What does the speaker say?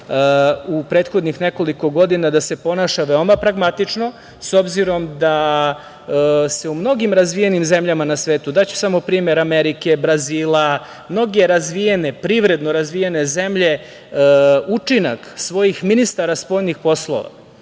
u prethodnih nekoliko godina da se ponaša veoma pragmatično, s obzirom da se u mnogim razvijenim zemljama na svetu, daću samo primer Amerike, Brazila, mnoge razvijene, privredno razvijene zemlje učinak svojih ministara spoljnih poslova